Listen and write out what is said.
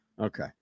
okay